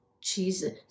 Jesus